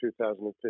2015